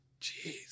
Jeez